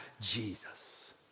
Jesus